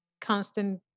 constant